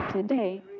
Today